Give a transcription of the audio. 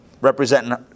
representing